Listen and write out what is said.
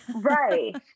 Right